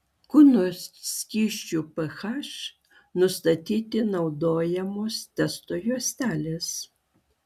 kūno skysčių ph nustatyti naudojamos testo juostelės